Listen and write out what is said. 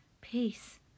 peace